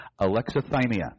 alexithymia